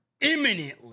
imminently